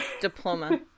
diploma